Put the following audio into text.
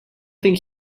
think